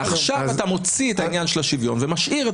ועכשיו אתה מוציא את העניין של השוויון ומשאיר את